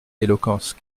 éloquence